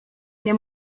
nie